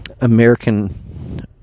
American